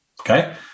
Okay